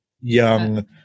young